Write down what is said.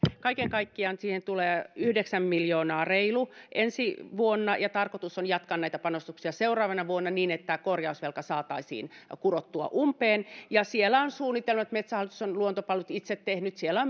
kaiken kaikkiaan siihen tulee reilu yhdeksän miljoonaa ensi vuonna ja tarkoitus on jatkaa näitä panostuksia seuraavana vuonna niin että korjausvelka saataisiin kurottua umpeen ja siellä on suunnitelmat jotka metsähallituksen luontopalvelut on itse tehnyt siellä